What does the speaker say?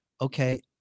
okay